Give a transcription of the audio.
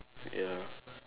ya